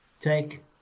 Take